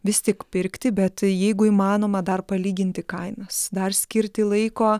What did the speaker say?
vis tik pirkti bet jeigu įmanoma dar palyginti kainas dar skirti laiko